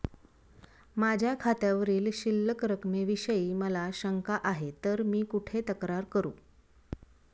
माझ्या खात्यावरील शिल्लक रकमेविषयी मला शंका आहे तर मी कुठे तक्रार करू?